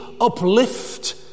uplift